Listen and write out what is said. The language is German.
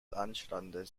anstandes